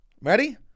Ready